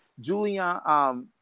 Julia